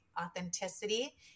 authenticity